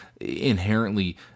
inherently